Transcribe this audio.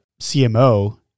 CMO